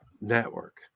network